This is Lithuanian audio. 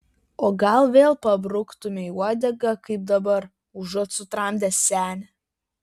o gal vėl pabruktumei uodegą kaip dabar užuot sutramdęs senį